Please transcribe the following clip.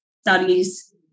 studies